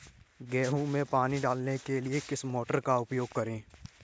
गेहूँ में पानी डालने के लिए किस मोटर का उपयोग करें?